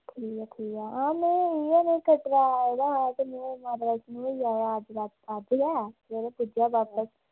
ठीक ऐ ठीक ऐ हां में इ'यां में कटरा आए दा हा ते में माता वैश्णो होई आया अज्ज